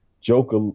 Joker